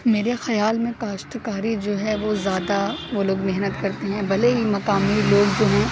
میرے خیال میں کاشتکاری جو ہے وہ زیادہ وہ لوگ محنت کرتے ہیں بھلے ہی مقامی لوگ جو ہیں